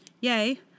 yay